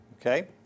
Okay